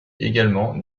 également